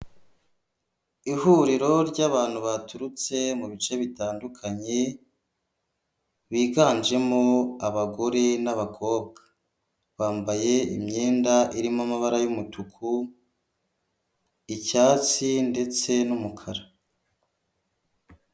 Ihuriro ry'abantu baturutse mu bice bitandukanye biganjemo abagore n'abakobwa bambaye imyenda irimo amabara yumutuku, icyatsi ndetse n'umukara.